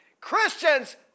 Christians